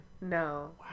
No